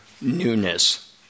newness